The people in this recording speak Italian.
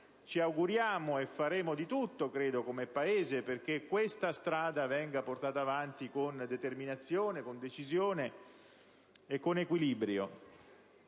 ci auguriamo, e faremo di tutto - credo - come Paese perché questa strada venga portata avanti con determinazione, con decisione e con equilibrio.